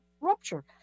rupture